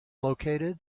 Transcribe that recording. located